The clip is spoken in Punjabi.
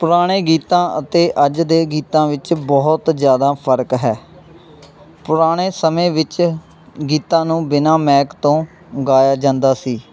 ਪੁਰਾਣੇ ਗੀਤਾਂ ਅਤੇ ਅੱਜ ਦੇ ਗੀਤਾਂ ਵਿੱਚ ਬਹੁਤ ਜ਼ਿਆਦਾ ਫਰਕ ਹੈ ਪੁਰਾਣੇ ਸਮੇਂ ਵਿੱਚ ਗੀਤਾਂ ਨੂੰ ਬਿਨਾਂ ਮੈਕ ਤੋਂ ਗਾਇਆ ਜਾਂਦਾ ਸੀ